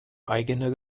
eigene